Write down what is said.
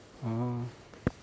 oh